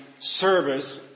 service